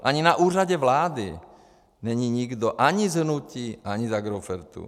Ani na Úřadu vlády není nikdo ani z hnutí, ani z Agrofertuu.